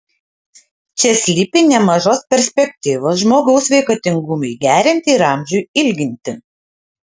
čia slypi nemažos perspektyvos žmogaus sveikatingumui gerinti ir amžiui ilginti